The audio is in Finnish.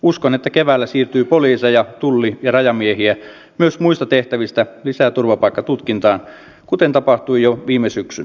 uskon että keväällä siirtyy poliiseja tulli ja rajamiehiä myös muista tehtävistä lisää turvapaikkatutkintaan kuten tapahtui jo viime syksynä